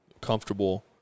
comfortable